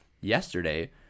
yesterday